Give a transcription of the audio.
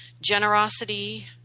generosity